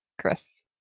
Chris